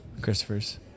Christopher's